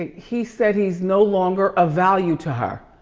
he said he's no longer a value to her.